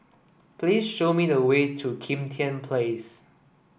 please show me the way to Kim Tian Place